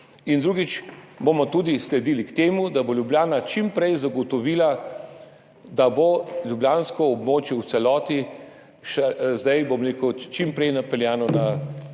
in drugič, sledili bomo tudi temu, da bo Ljubljana čim prej zagotovila, da bo ljubljansko območje v celoti zdaj, bom rekel, čim prej napeljano na